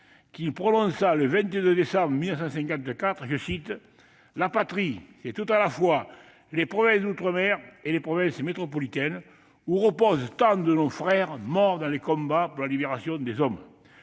qu'il prononça le 22 décembre 1954 :« La Patrie, c'est tout à la fois les provinces d'outre-mer et les provinces métropolitaines, où reposent tant de nos frères morts dans les combats pour la libération des hommes. »